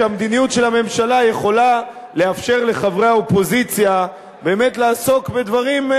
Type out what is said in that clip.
שהמדיניות של הממשלה יכולה לאפשר לחברי האופוזיציה באמת לעסוק בדברים,